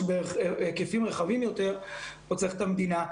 שבהיקפים רחבים יותר צריך פה את המדינה.